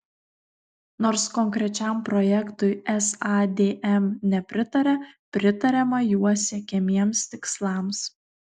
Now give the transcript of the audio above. nors konkrečiam projektui sadm nepritaria pritariama juo siekiamiems tikslams